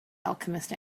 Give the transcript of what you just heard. alchemist